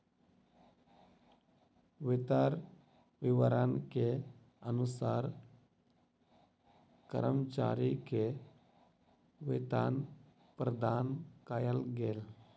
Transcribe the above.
वेतन विवरण के अनुसार कर्मचारी के वेतन प्रदान कयल गेल